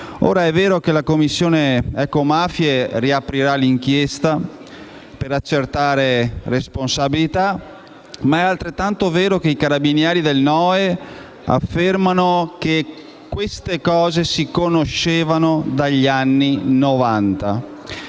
Ora, è vero che la Commissione sulle ecomafie riaprirà l'inchiesta per accertare le responsabilità, ma è altrettanto vero che i carabinieri del NOE affermano che queste cose si conoscevano dagli anni